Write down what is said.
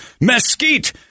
mesquite